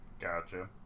Gotcha